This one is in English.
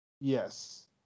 Yes